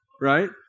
right